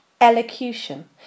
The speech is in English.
Elocution